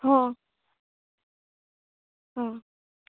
હમ